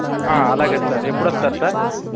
అలాగే సార్ ఎప్పుడొస్తారు సార్